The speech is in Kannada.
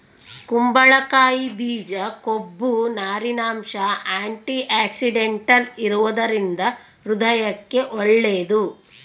ಕುಂಬಳಕಾಯಿ ಬೀಜ ಕೊಬ್ಬು, ನಾರಿನಂಶ, ಆಂಟಿಆಕ್ಸಿಡೆಂಟಲ್ ಇರುವದರಿಂದ ಹೃದಯಕ್ಕೆ ಒಳ್ಳೇದು